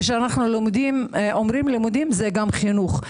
וכשאנחנו אומרים לימודים זה גם חינוך,